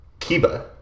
Kiba